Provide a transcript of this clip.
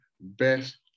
best